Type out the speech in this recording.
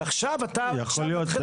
ועכשיו אתה -- יכול להיות,